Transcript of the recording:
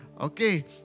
Okay